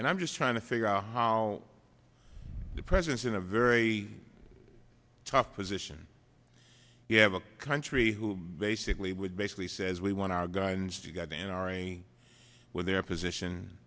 and i'm just trying to figure out how the president's in a very tough position you have a country who basically would basically says we want our guns you got the n r a with their position